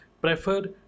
prefer